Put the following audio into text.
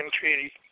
Treaty